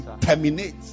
terminate